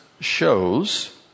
shows